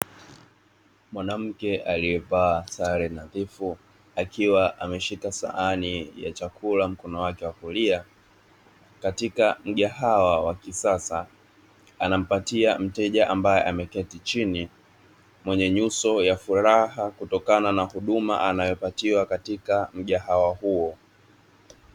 Mwanamke aliyevaa sare nadhifu akiwa ameshika sahani ya chakula mkono wake wa kulia katika mgahawa wa kisasa, anampatia mteja ambaye ameketi chini, mwenye nyuso ya furaha kutokana na huduma anayopatiwa katika mgahawa huo.